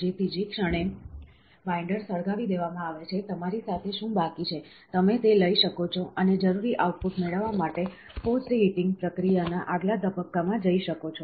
તેથી જે ક્ષણે બાઈન્ડર સળગાવી દેવામાં આવે છે તમારી સાથે શું બાકી છે તમે તે લઈ શકો છો અને જરૂરી આઉટપુટ મેળવવા માટે પોસ્ટ હીટિંગ પ્રક્રિયા ના આગલા તબક્કામાં જઈ શકો છો